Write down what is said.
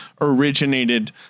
originated